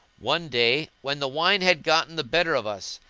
one day when the wine had gotten the better of us,